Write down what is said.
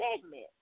segment